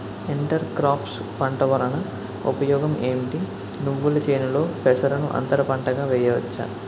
Inter crops పంట వలన ఉపయోగం ఏమిటి? నువ్వుల చేనులో పెసరను అంతర పంటగా వేయవచ్చా?